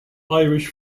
irish